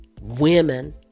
women